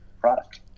product